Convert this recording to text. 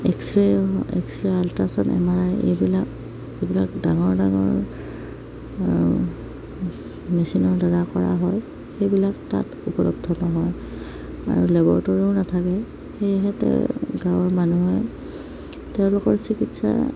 x ray X-ray ultrasound M R I এইবিলাক এইবিলাক ডাঙৰ ডাঙৰ মেচিনৰ দ্বাৰা কৰা হয় সেইবিলাক তাত উপলব্ধ নহয় আৰু লেবৰেটৰিও নাথাকে সেয়েহে তে গাঁৱৰ মানুহে তেওঁলোকৰ চিকিৎসা